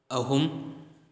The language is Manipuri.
ꯑꯍꯨꯝ